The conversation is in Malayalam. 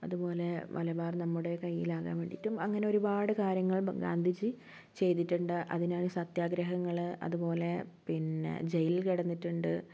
അതുപോലെ മലബാർ നമ്മുടെ കയ്യിലാകാൻ വേണ്ടിയിട്ടും അങ്ങനെ ഒരുപാട് കാര്യങ്ങൾ ഗാന്ധിജി ചെയ്തിട്ടുണ്ട് അതിന് സത്യാഗ്രഹങ്ങൾ അതുപോലെ പിന്നെ ജയിലിൽ കിടന്നിട്ടുണ്ട്